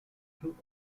through